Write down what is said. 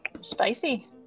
Spicy